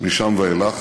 משם ואילך,